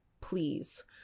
Please